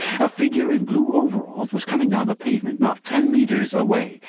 a figure in blue overalls was coming down the pavement, not ten metres away.